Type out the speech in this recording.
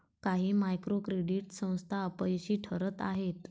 काही micro credit संस्था अपयशी ठरत आहेत